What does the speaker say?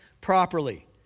properly